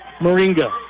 Moringa